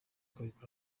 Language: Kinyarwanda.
ukabikora